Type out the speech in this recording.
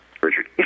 Richard